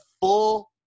full